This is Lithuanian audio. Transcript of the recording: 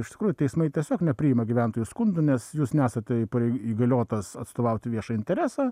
iš tikrųjų teismai tiesiog nepriima gyventojų skundų nes jūs nesate įparei įgaliotas atstovauti viešą interesą